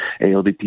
ALDP